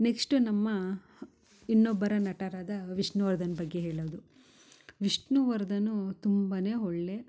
next ನಮ್ಮ ಇನ್ನೊಬ್ಬರ ನಟರಾದ ವಿಷ್ಣುವರ್ಧನ್ ಬಗ್ಗೆ ಹೇಳೋದು ವಿಷ್ಣುವರ್ಧನ್ ತುಂಬಾನೆ ಒಳ್ಳೆಯ